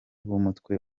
b’umutwe